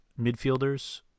midfielders